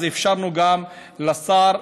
אז אפשרנו גם לשר,